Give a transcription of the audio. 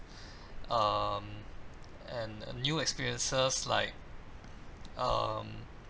um and new experiences like um